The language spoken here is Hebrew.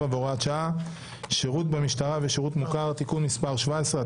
7 והוראת שעה) (שירות במשטרה ושירות מוכר) (תיקון מס' 17),